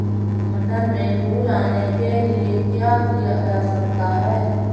मटर में फूल आने के लिए क्या किया जा सकता है?